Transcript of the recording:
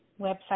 website